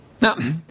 Now